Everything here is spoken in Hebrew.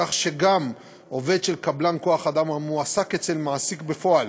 כך שגם עובד של קבלן כוח אדם המועסק אצל מעסיק בפועל